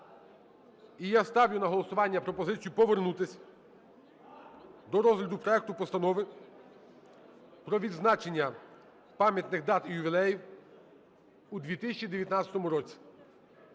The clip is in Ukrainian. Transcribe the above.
І я ставлю на голосування пропозицію повернутись до розгляду проекту Постанови про відзначення пам'ятних дат і ювілеїв у 2019 році.